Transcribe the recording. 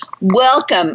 Welcome